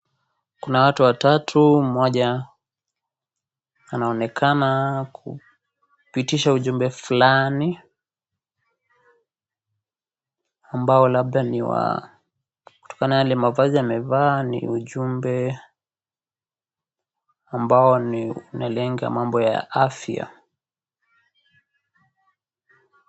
Kuna watu watatu mmoja anaonekana kupitisha ujumbe fulani ambao labda niwa kutokana na yale mavazi amevaa ni ujumbe ambao ni unalenga mambo ya afya.